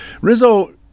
Rizzo